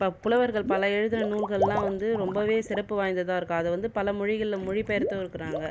இப்போ புலவர்கள் பலர் எழுதின நூல்கள்லாம் வந்து ரொம்பவே சிறப்பு வாய்ந்ததாயிருக்கு அது வந்து பல மொழிகளில் மொழி பெயர்த்தும் இருக்கிறாங்க